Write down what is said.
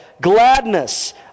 gladness